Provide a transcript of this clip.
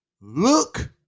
Look